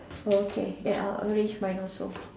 okay then I I'll arrange mine also